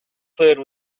fluid